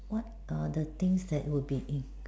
what are the things that will be in